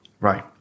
Right